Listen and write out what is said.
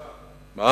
בוצע, בוצע.